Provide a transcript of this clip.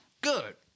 Good